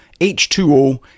H2O